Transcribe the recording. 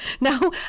Now